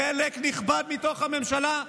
חלק נכבד מתוך הממשלה,